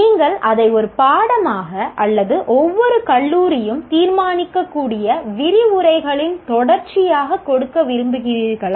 நீங்கள் அதை ஒரு பாடமாக அல்லது ஒவ்வொரு கல்லூரியும் தீர்மானிக்கக்கூடிய விரிவுரைகளின் தொடர்ச்சியாக கொடுக்க விரும்புகிறீர்களா